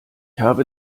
habe